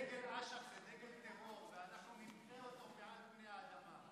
דגל אש"ף זה דגל טרור ואנחנו נמחה אותו מעל פני האדמה.